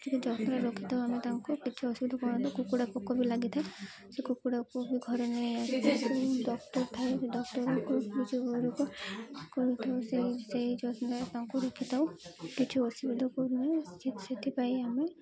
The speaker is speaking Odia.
ଟିକେ ଯତ୍ନ ରଖିଥାଉ ଆମେ ତାଙ୍କୁ କିଛି ଅସୁବିଧା କରନ୍ତୁ କୁକୁଡ଼ା ପୋକ ବି ଲାଗିଥାଏ ସେ କୁକୁଡ଼ାକୁ ବି ଘରେ ନେଇଆସି ଡକ୍ଟର୍ ଥାଏ ଡକ୍ଟର୍କୁ ନିଜ ଘରକୁ କରିଥାଉ ସେଇ ସେଇ ଯତ୍ନ ତାଙ୍କୁ ରଖି ଥାଉ କିଛି ଅସୁବିଧା କରୁନାହୁଁ ସେଥିପାଇଁ ଆମେ